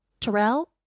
Terrell